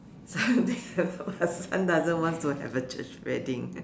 her husband doesn't want to have a church wedding